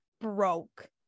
broke